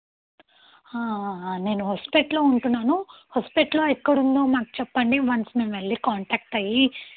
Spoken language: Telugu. నేను హోస్పేట్లో ఉంటున్నాను హోస్పేట్లో ఎక్కడుందో మాకు చెప్పండి వన్స్ మేము వెళ్ళి కాంటాక్ట్ అయ్యి